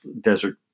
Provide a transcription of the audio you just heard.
desert